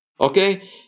okay